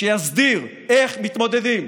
שיסדיר איך מתמודדים,